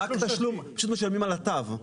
פשוט משלמים על התו,